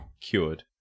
cured